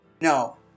No